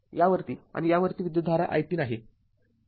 यावरती आणि यावरती विद्युतधारा i३ आहे